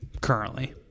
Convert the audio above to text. currently